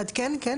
לעדכן, כן?